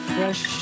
Fresh